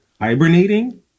hibernating